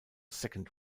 second